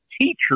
teacher